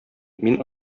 мин